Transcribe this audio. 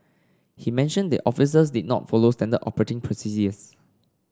he mentioned the officers did not follow standard operating procedures